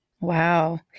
Wow